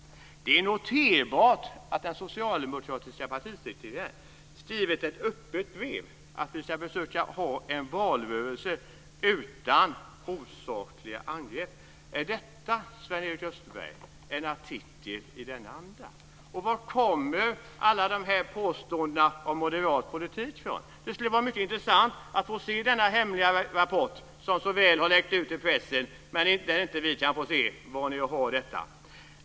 Det är att notera att den socialdemokratiska partisekreteraren skrivit ett öppet brev om att vi ska försöka ha en valrörelse utan osakliga angrepp. Är detta, Sven-Erik Österberg, en artikel i denna anda? Varifrån kommer alla de här påståendena om moderat politik? Det skulle vara mycket intressant att få se denna hemliga rapport som så väl har läckt ut till pressen, men som inte vi kan få se.